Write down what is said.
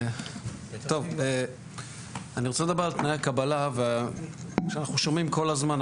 אני רוצה לדבר על תנאי הקבלה שאנחנו שומעים כל הזמן.